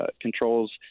controls